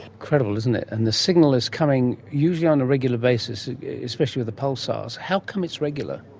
incredible, isn't it. and the signal is coming usually on a regular basis, especially with the pulsars. how come it's regular?